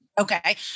okay